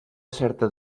certa